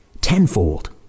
tenfold